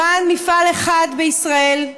למען מפעל אחד בישראל.